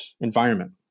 environment